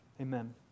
Amen